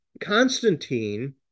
Constantine